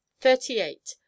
Thirty-eight